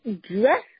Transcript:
dress